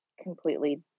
completely